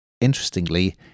interestingly